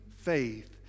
faith